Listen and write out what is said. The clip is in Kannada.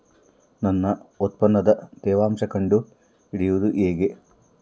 ನನ್ನ ಉತ್ಪನ್ನದ ತೇವಾಂಶ ಕಂಡು ಹಿಡಿಯುವುದು ಹೇಗೆ?